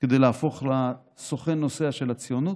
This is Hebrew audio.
כדי להפוך לסוכן נוסע של הציונות,